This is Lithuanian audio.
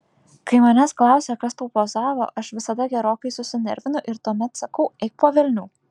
kai manęs klausia kas tau pozavo aš visada gerokai susinervinu ir tuomet sakau eik po velnių